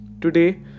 Today